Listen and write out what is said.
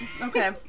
Okay